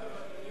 אגב,